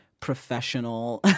professional